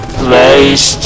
place